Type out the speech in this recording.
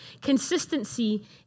Consistency